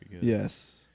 Yes